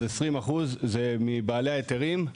אז 20% מבעלי ההיתרים,